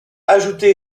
ajouter